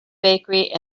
bakery